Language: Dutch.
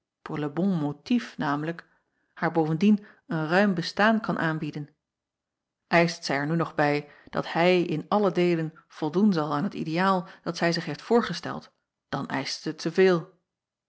le bon motif namelijk haar bovendien een ruim bestaan kan aanbie acob van ennep laasje evenster delen den ischt zij er nu nog bij dat hij in allen deele voldoen zal aan t ideaal dat zij zich heeft voorgesteld dan eischt zij